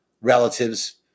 relatives